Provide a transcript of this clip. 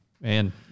Man